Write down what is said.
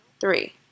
three